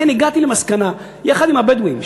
לכן הגעתי למסקנה יחד עם הבדואים,